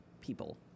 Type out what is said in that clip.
people